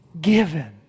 Given